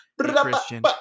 Christian